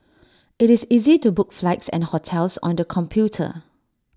IT is easy to book flights and hotels on the computer